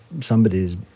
somebody's